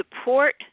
support